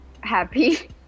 Happy